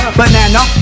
banana